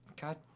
God